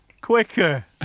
quicker